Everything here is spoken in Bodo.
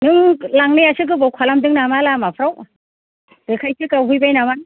नों लांनायासो गोबाव खालामदों नामा लामाफ्राव ओंखायसो गावहैबाय नामा